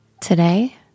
Today